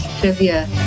Trivia